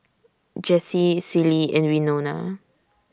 Jessie Celie and Winona